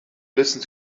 listen